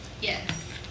Yes